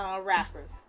rappers